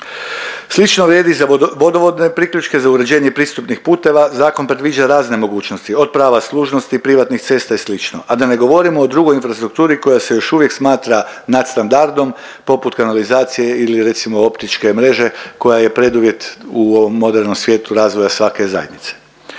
Slično vrijedi i za vodovodne priključke, za uređenje pristupnih puteva, zakon predviđa razne mogućnosti od prava služnosti, privatnih cesta i slično, a da ne govorimo o drugoj infrastrukturi koja se još uvijek smatra nadstandardom poput kanalizacije ili recimo optičke mreže koja je preduvjet u ovom modernom svijetu razvoja svake zajednice.